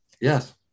Yes